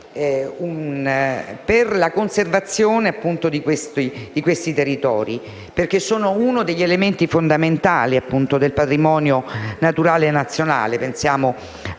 per la conservazione del territorio, perché sono uno degli elementi fondamentali del patrimonio naturale nazionale: